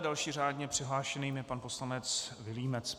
Dalším řádně přihlášeným je pan poslanec Vilímec.